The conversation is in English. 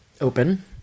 Open